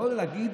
לבוא ולהגיד